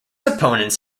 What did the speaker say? opponents